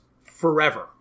forever